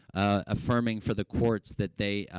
ah, affirming for the courts that they, ah,